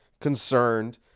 concerned